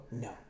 No